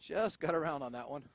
just got around on that one